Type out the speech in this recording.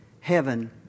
heaven